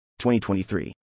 2023